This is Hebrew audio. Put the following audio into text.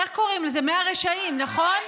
איך קוראים לזה, מאה רשעים, נכון?